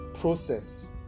process